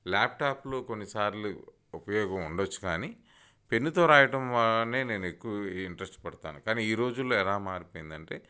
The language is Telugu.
ల్యాప్టాప్లో కొన్నిసార్లు ఉపయోగం ఉండొచ్చు కానీ పెన్నుతో రాయటం అనే నేను ఎక్కువ ఇంట్రెస్ట్ పడతాను కానీ ఈరోజుల్లో ఎలా మారిపోయిందంటే